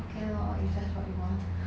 okay lor if that's what you want